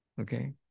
Okay